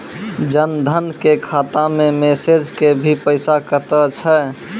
जन धन के खाता मैं मैसेज के भी पैसा कतो छ?